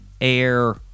Air